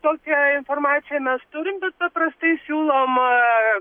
tokią informaciją mes turim bet paprastai siūlom